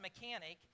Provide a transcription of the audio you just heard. mechanic